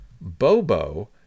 Bobo